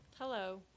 Hello